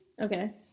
Okay